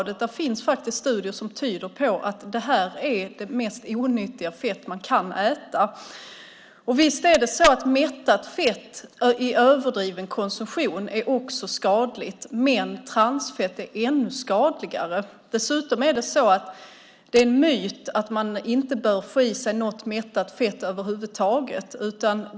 Det finns studier som tyder på att det här är det mest onyttiga fett man kan äta. Visst är det så att mättat fett i överdriven konsumtion också är skadligt, men transfett är ännu skadligare. Dessutom är det en myt att man inte bör få i sig något mättat fett över huvud taget.